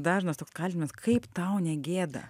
dažnas toks kaltinimas kaip tau negėda